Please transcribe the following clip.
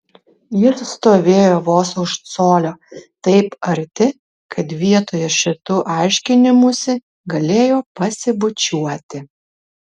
jis stovėjo vos už colio taip arti kad vietoje šitų aiškinimųsi galėjo pasibučiuoti